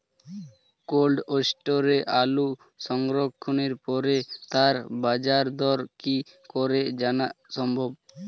Cold স্টোরে আলু সংরক্ষণের পরে তার বাজারদর কি করে জানা সম্ভব?